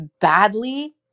badly